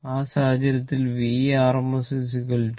ആ സാഹചര്യത്തിൽ Vrms r 0